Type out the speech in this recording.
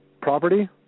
property